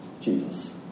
Jesus